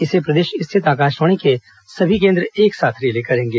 इसे प्रदेश स्थित आकाशवाणी के सभी केंद्र एक साथ रिले करेंगे